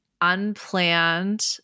unplanned